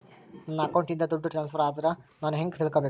ನನ್ನ ಅಕೌಂಟಿಂದ ದುಡ್ಡು ಟ್ರಾನ್ಸ್ಫರ್ ಆದ್ರ ನಾನು ಹೆಂಗ ತಿಳಕಬೇಕು?